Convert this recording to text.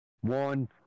one